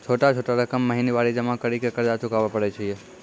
छोटा छोटा रकम महीनवारी जमा करि के कर्जा चुकाबै परए छियै?